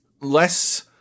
less